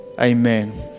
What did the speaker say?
Amen